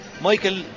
Michael